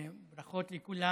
ברכות לכולם.